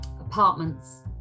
apartments